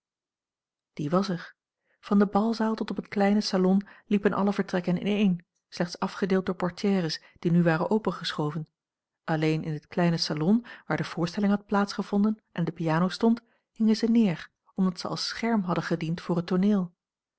die was er van de balzaal tot op het kleine salon liepen alle vertrekken ineen slechts afgedeeld door portières die nu waren opengeschoven alleen in het kleine salon waar de voorstelling had plaats gevonden en de piano stond hingen ze neer omdat ze als scherm hadden gediend voor het tooneel